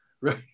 right